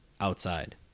outside